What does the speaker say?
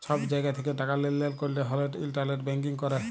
ছব জায়গা থ্যাকে টাকা লেলদেল ক্যরতে হ্যলে ইলটারলেট ব্যাংকিং ক্যরে